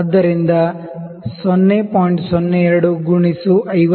02 ಗುಣಿಸು 50 ಆಗುತ್ತದೆ ಅಂದರೆ 1 ಮಿ